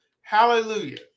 Hallelujah